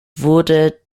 wurde